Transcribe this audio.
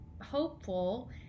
hopeful